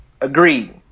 Agreed